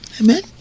Amen